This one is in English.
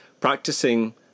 practicing